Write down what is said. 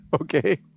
Okay